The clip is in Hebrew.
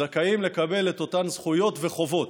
זכאים לקבל את אותן זכויות וחובות,